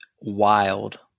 wild